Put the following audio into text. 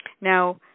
Now